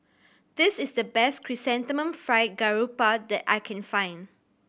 this is the best Chrysanthemum Fried Garoupa that I can find